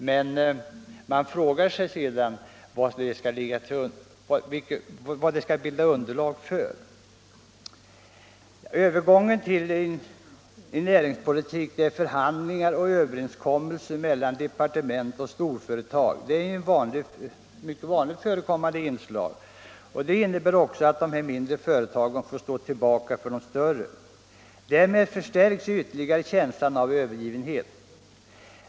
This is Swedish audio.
Men man frågar sig sedan vad det skall bilda underlag för. Övergången till en näringspolitik, där förhandlingar och överenskommelser mellan departement och storföretag är ett vanligt förekommande inslag, innebär också att de mindre företagen får stå tillbaka för de större. Därmed förstärks ju ytterligare känslan av övergivenhet.